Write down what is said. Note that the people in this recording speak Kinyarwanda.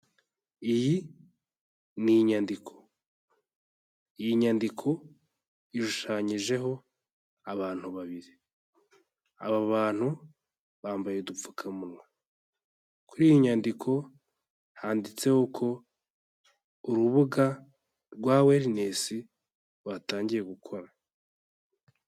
Iyi ni inyandiko, iyi nyandiko ishushanyijeho abantu babiri, aba bantu bambaye udupfukamunwa, kuri iyi nyandiko handitseho ko urubuga rwa Wellness rwatangiye gukora.